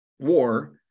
war